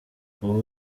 ubu